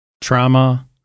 trauma